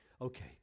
Okay